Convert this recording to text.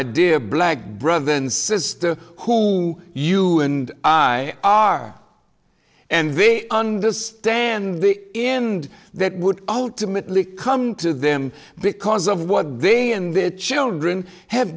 dear black brother and sister who you and i are and they understand the end that would ultimately come to them because of what they and their children ha